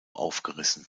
aufgerissen